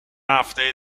هفته